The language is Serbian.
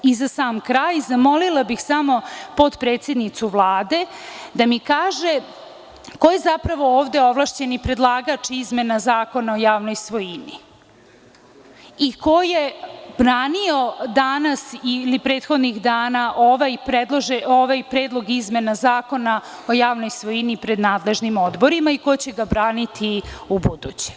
Za sam kraj, zamolila bih samo potpredsednicu Vlade da mi kaže ko je zapravo ovde ovlašćeni predlagač izmena Zakona o javnoj svojini i ko je branio danas i prethodnih dana ovaj Predlog izmena Zakona o javnoj svojini pred nadležnim odborima i ko će ga braniti ubuduće?